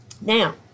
Now